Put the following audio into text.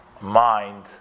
mind